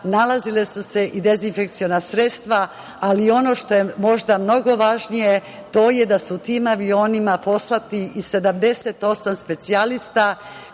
nalazila su se i dezinfekciona sredstva, ali ono što je možda mnogo važnije, to je da su u tim avionima poslati i 78 specijalista